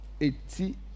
eighty